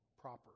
proper